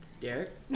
Derek